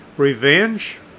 Revenge